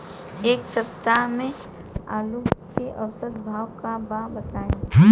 एक सप्ताह से आलू के औसत भाव का बा बताई?